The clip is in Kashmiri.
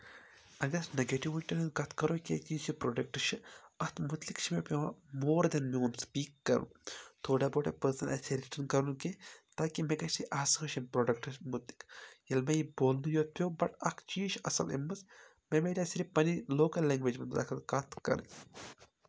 اگر أسۍ نَگیٹِووِٹٮ۪ن ہٕنٛز کَتھ کَرو کیٛازِکہِ یُس یہِ پرٛوڈَکٹ چھِ اَتھ مُتعلِق چھِ مےٚ پٮ۪وان موٗر دٮ۪ن میون سُپیٖک کَرُن تھوڑا آسہِ ہا رِٹٲن کَرُن کینٛہہ تاکہِ مےٚ گژھِ ہے آسٲیِش اَمہِ پرٛوڈَکٹَس مُتعلِق ییٚلہِ مےٚ یہِ بولنہٕ یوت پیوٚو بَٹ اَکھ چیٖز چھِ اَصٕل أمۍ منٛز مےٚ میلے صِرِف پَنٕنۍ لوکَل لینٛگویج کَتھ کَرٕنۍ